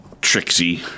Trixie